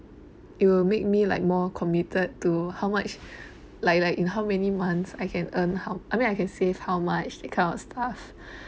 it will make me like more committed to how much like like in how many months I can earn how I mean I can save how much that kind of stuff